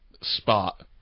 spot